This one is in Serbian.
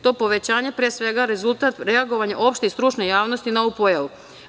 To povećanje je pre svega rezultat reagovanja opšte i stručne javnosti na ovu pojavu.